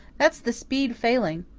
that's the speed failing.